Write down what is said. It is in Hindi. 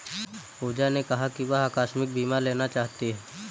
पूजा ने कहा कि वह आकस्मिक बीमा लेना चाहती है